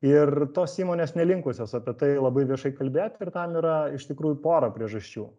ir tos įmonės nelinkusios apie tai labai viešai kalbėti ir tam yra iš tikrųjų pora priežasčių